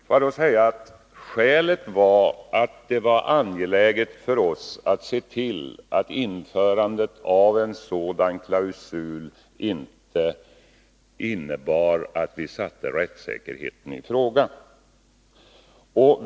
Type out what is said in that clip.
Låt mig då säga att skälet var att det var angeläget för oss att se till att införandet av en sådan klausul inte innebar att vi satte rättssäkerheten ur spel.